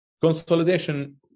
Consolidation